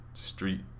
Street